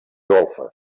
golfes